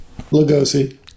Lugosi